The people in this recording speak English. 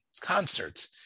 concerts